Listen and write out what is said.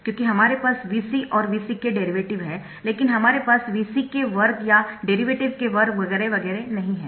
क्योंकि हमारे पास Vc और Vc के डेरिवेटिव है लेकिन हमारे पास Vc के वर्ग या डेरिवेटिव के वर्ग वगैरह वगैरह नहीं है